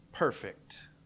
perfect